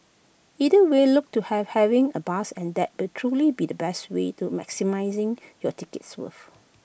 either way look to have having A blast and that will truly be the best way to maximising your ticket's worth